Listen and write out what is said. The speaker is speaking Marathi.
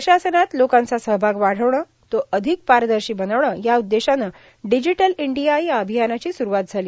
प्रशासनात लोकांचा सहभाग वाढविणं तो अधिक पारदर्शी बनवणं या उद्देशानं डिजिटल इंडिया या अभियानाची सुरवात झाली